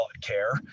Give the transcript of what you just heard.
CARE